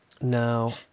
Now